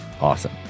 awesome